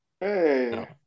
hey